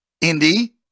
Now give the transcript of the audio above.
Indy